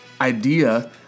idea